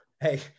hey